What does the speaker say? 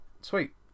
sweet